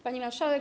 Pani Marszałek!